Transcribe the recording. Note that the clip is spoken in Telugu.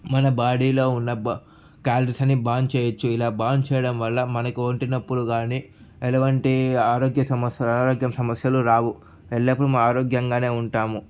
మన బాడీలో ఉన్న క్యాలరీస్ అన్నీ బర్న్ చేయవచ్చు ఇలా బర్న్ చేయడం వల్ల మనకు ఒంటి నొప్పులు కానీ ఎటువంటి ఆరోగ్య సమస్యలు అనారోగ్యం సమస్యలు రావు ఎల్లప్పుడు మనం ఆరోగ్యంగానే ఉంటాము